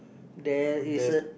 there is a